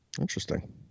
Interesting